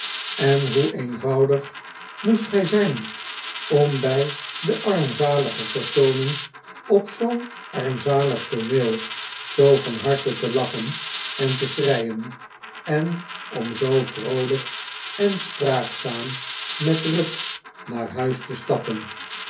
en hoe eenvoudig moest gij zijn om bij de armzalige vertooning op zoo'n armzalig tooneel zoo van harte te lachen en te schreien en om zoo vroolijk en spraakzaam met ruth naar huis te stappen